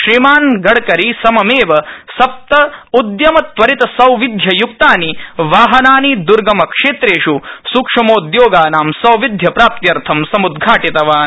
श्रीमान् गडकरी सममेव सप्त उद्यमत्वरितसौविध्य य्क्तानि बाहनानि द्र्गमक्षेत्रेष् सूक्ष्मोद्यागान सौविध्यप्राप्त्यर्थं सम्दघाटितवान्